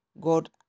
God